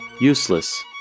Useless